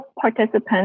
participants